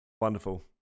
wonderful